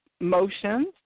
motions